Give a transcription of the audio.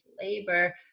labor